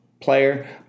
player